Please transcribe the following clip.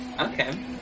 Okay